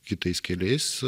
kitais keliais